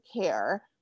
care